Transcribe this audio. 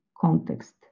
context